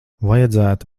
vajadzētu